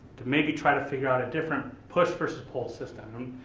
to maybe try to figure out a different push versus pull system.